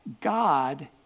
God